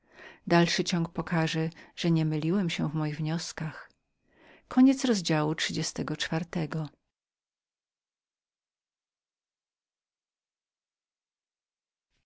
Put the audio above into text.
dalszy ciąg pokaże że nie myśliłemmyliłem się w moich wnioskach